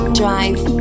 drive